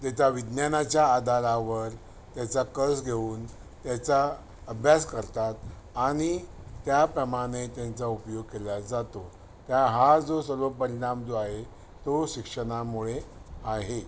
ज्याचा विज्ञानाच्या आधारावर त्याचा कस घेऊन त्याचा अभ्यास करतात आणि त्याप्रमाणे त्यांचा उपयोग केला जातो तर हा जो सर्व परिणाम जो आहे तो शिक्षणामुळे आहे